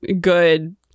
good